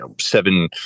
seven